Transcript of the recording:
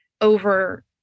over